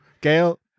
Gail